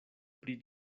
pri